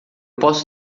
posso